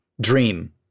Dream